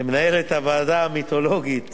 למנהלת הוועדה המיתולוגית